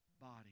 body